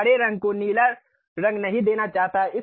मैं हरे रंग को नीला रंग नहीं देना चाहता